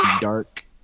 dark